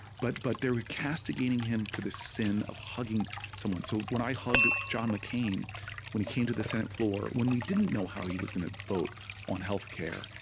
but but they were castigating him for the sin of hugging someone so when i hugged john mccain when he came to the senate floor, when we didn't know how he was gonna vote on health care,